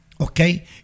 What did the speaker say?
okay